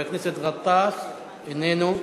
חבר הכנסת גטאס, איננו.